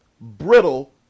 brittle